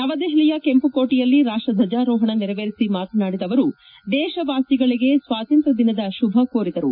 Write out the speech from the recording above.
ನವದೆಹಲಿಯ ಕೆಂಪುಕೋಟೆಯಲ್ಲಿ ರಾಷ್ಪದ್ವಜರೋಹಣ ನೆರವೇರಿಸಿ ಮಾತನಾಡಿದ ಅವರು ದೇಶವಾಸಿಗಳಿಗೆ ಸ್ವಾತಂತ್ರ್ಯ ದಿನದ ಶುಭ ಕೋರಿದರು